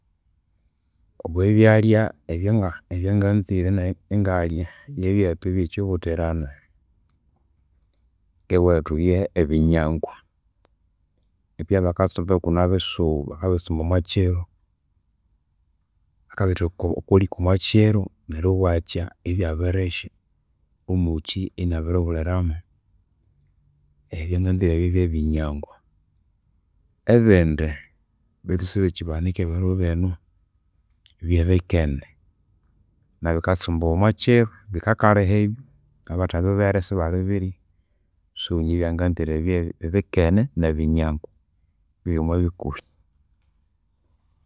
Obo ebyalya ebyanga ebyangainzire nayi ingalya byebyethu ebyekyibuthiranwa. Ngewethu byebinyangwa ebyakatsumba ikune ebisughu bakabitsumba omwakyiro. Bakabitheka okwaliko omwakyiro neru ibwakya ibyabirihya, omukyi inabiribuliramu. Ebyanganzire byebu ebinyangwa. Ebindi betu isibikyibanika ebiro binu, byebikene. Nabyu bakatsumbawa omwakyiro, bikakaliha ibyo abathabibeghere sibalibirya. So, inje ebyanganzire byebyu, ebikene nebinyangwa, byebyu omwabikuhi.